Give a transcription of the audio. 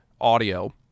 audio